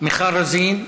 מיכל רוזין,